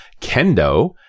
Kendo